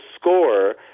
score